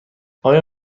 آیا